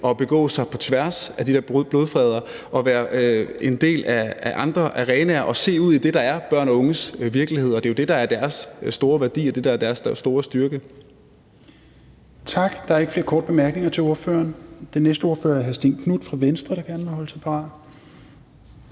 at begå sig på tværs af de der brudflader og være en del af andre arenaer og kan se ud i det, der er børn og unges virkelighed. Det er jo det, der er den store værdi, og det er det, der er den store styrke. Kl. 10:51 Tredje næstformand (Rasmus Helveg Petersen): Tak. Der er ikke flere korte bemærkninger til ordføreren. Den næste ordfører er hr. Stén Knuth fra Venstre, der gerne må holde sig parat.